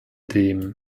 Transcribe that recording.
dem